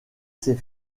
ces